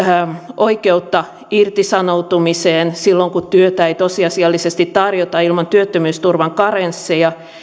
oikeutta irtisanoutumiseen silloin kun työtä ei tosiasiallisesti tarjota ilman työttömyysturvan karensseja